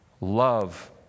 Love